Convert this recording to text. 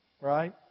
right